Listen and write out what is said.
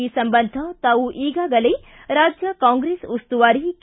ಈ ಸಂಬಂಧ ತಾವು ಈಗಾಗಲೇ ರಾಜ್ಯ ಕಾಂಗ್ರೆಸ್ ಉಸ್ತುವಾರಿ ಕೆ